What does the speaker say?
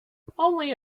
only